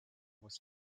was